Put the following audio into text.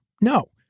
no